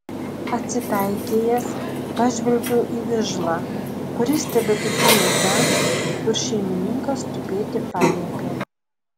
atsipeikėjęs pažvelgiau į vižlą kuris tebetupėjo ten kur šeimininkas tupėti paliepė